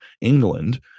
England